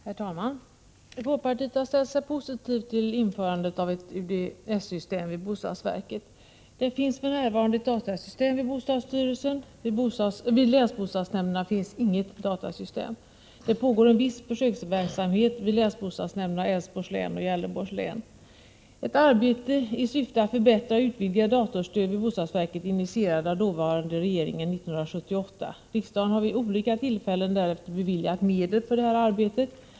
Herr talman! Folkpartiet har ställt sig positivt till införandet av ett UDS-system vid bostadsverket. Det finns för närvarande ett datasystem i bostadsstyrelsen. Vid länsbostadsnämnderna finns inget datasystem. En viss försöksverksamhet pågår vid länsbostadsnämnderna i Älvsborgs län och Gävleborgs län. Ett arbete i syfte att förbättra och utvidga datorstödet vid bostadsverket initierades av den dåvarande regeringen 1978. Riksdagen har vid olika tillfällen därefter beviljat medel för detta arbete.